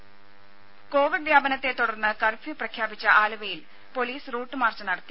ദേദ കോവിഡ് വ്യാപനത്തെ തുടർന്ന് കർഫ്യൂ പ്രഖ്യാപിച്ച ആലുവയിൽ പൊലീസ് റൂട്ട് മാർച്ച് നടത്തി